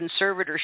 conservatorship